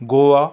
Goa